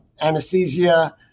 anesthesia